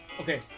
Okay